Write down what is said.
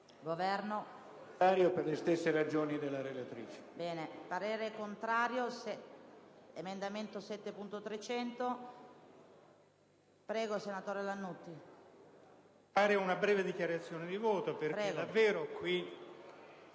parere contrario per le stesse ragioni espresse dalla relatrice.